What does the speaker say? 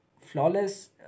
flawless